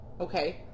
Okay